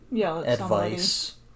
advice